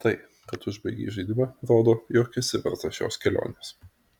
tai kad užbaigei žaidimą rodo jog esi verta šios kelionės